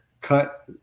cut